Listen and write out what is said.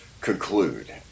conclude